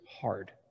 hard